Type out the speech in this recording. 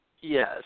Yes